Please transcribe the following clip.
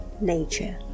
nature